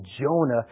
Jonah